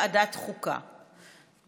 ההצעה להעביר את הנושא לוועדת החוקה,